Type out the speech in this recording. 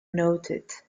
noted